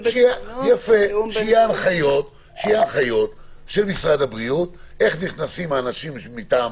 שיהיו הנחיות של משרד הבריאות איך נכנסים האנשים מטעם